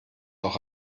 doch